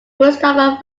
christopher